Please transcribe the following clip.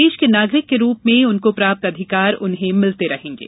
देश के नागरिक के रूप में उनको प्राप्त अधिकार उन्हें मिलते रहेंगे